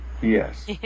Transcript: yes